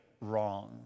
wrong